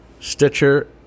Stitcher